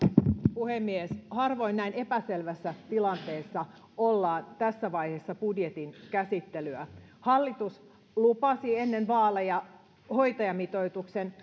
puhemies harvoin näin epäselvässä tilanteessa ollaan tässä vaiheessa budjetin käsittelyä hallitus lupasi ennen vaaleja hoitajamitoituksen